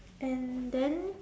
and then